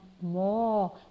more